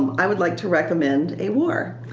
um i would like to recommend a war,